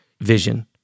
vision